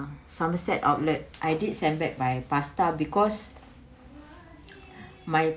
somerset outlet I did send back my pasta because my